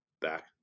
back